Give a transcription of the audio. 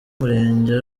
umurenge